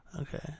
Okay